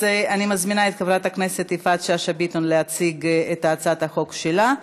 אז אני מזמינה את חברת הכנסת יפעת שאשא ביטון להציג את הצעת החוק שלה.